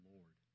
Lord